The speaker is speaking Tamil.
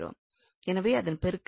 எனவே அதன் பெருக்கல் ஆகும்